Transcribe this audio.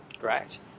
Correct